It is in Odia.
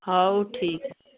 ହଉ ଠିକ୍ ଅଛି